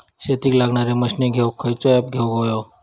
शेतीक लागणारे मशीनी घेवक खयचो ऍप घेवक होयो?